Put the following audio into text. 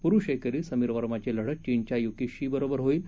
पुरुष एकेरीत समीर वर्माची लढत चीनच्या युकी शी बरोबर होईल